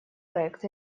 проект